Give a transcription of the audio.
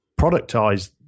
productize